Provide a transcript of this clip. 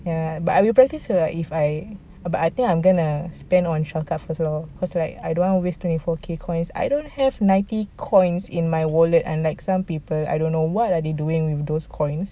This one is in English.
ya but I will practise her lah if I but I think I'm gonna spend on shortcuts first lor cause like I don't want to waste twenty four K coins I don't have ninety coins in my wallet unlike some people I don't know what are they doing with those coins